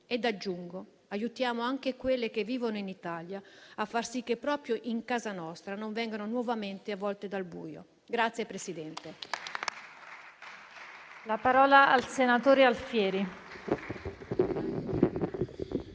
ed aggiungo che aiutiamo anche quelle che vivono in Italia a far sì che proprio in casa nostra non vengano nuovamente avvolte dal buio.